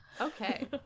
okay